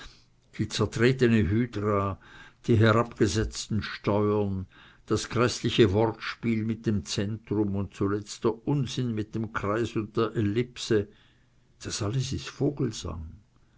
die zertretene hydra die herabgesetzten steuern das gräßliche wortspiel mit dem zentrum und zuletzt der unsinn mit dem kreis und der ellipse das alles ist vogelsang